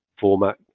format